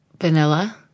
vanilla